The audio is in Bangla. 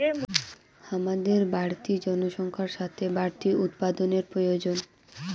হামাদের বাড়তি জনসংখ্যার সাথে বাড়তি উৎপাদানের প্রয়োজন